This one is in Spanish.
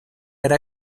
una